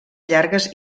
llargues